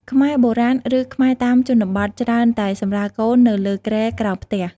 ខ្មែរបុរាណ ឬ ខ្មែរតាមជនបទច្រើនតែសម្រាលកូននៅលើគ្រែក្រោមផ្ទះ។